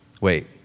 Wait